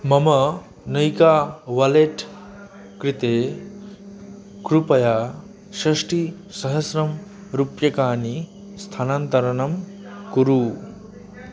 मम नैका वालेट् कृते कृपया षष्टिसहस्रं रूप्यकाणि स्थानान्तरणं कुरु